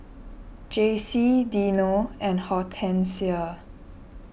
Jacey Dino and Hortensia